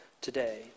today